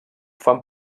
fan